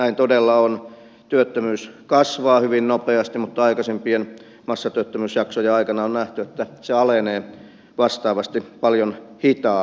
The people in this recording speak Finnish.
näin todella on työttömyys kasvaa hyvin nopeasti mutta aikaisempien massatyöttömyysjaksojen aikana on nähty että se alenee vastaavasti paljon hitaammin